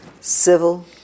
civil